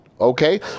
Okay